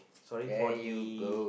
sorry for the